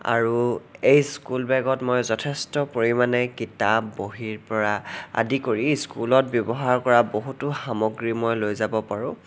আৰু এই স্কুল বেগত মই যথেষ্ট পৰিমাণে কিতাপ বহীৰ পৰা আদি কৰি স্কুলত ব্যৱহাৰ কৰা বহুতো সামগ্ৰী মই লৈ যাব পাৰোঁ